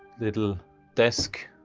little desk